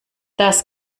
das